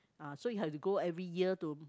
uh so you have to go every year to